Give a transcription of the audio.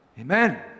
Amen